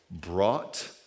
brought